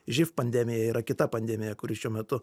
živ pandemija yra kita pandemija kuri šiuo metu